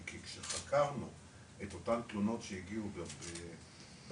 כי כשחקרנו את אותן תלונות שהגיעו בצוות